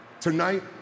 Tonight